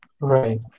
right